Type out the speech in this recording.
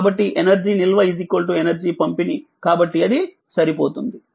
కాబట్టిఎనర్జీ నిల్వఎనర్జీ పంపిణీకాబట్టిఅది సరిపోతుంది